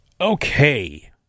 Okay